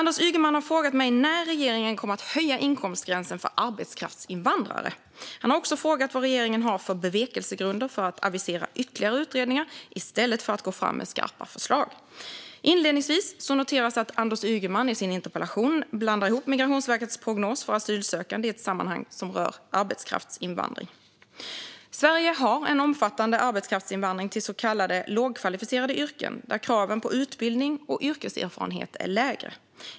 Fru talman! har frågat mig när regeringen kommer att höja inkomstgränsen för arbetskraftsinvandrare. Han har också frågat vad regeringen har för bevekelsegrunder för att avisera ytterligare utredningar i stället för att gå fram med skarpa förslag. Inledningsvis ska det noteras att Anders Ygeman i sin interpellation blandar in Migrationsverkets prognos för asylsökande i ett sammanhang som rör arbetskraftsinvandring. Sverige har en omfattande arbetskraftsinvandring till så kallade lågkvalificerade yrken där kraven på utbildning och yrkeserfarenhet är lägre.